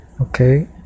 okay